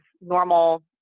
normal